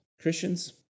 Christians